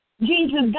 Jesus